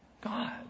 God